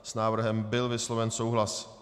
S návrhem byl vysloven souhlas.